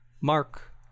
Mark